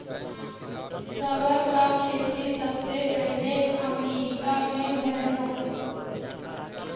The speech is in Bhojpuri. रबर क खेती सबसे पहिले अमरीका में भयल रहल